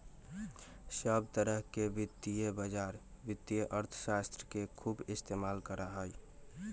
सब तरह के वित्तीय बाजार वित्तीय अर्थशास्त्र के खूब इस्तेमाल करा हई